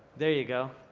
there you go.